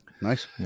nice